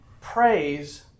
praise